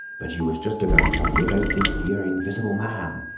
but you was just a-going to tell me about this here invisible man!